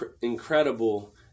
incredible